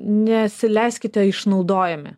nesileiskite išnaudojami